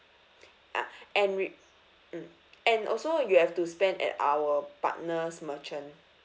ah and re~ mm and also you have to spend at our partners merchant